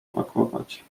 pakować